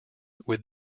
would